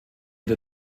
der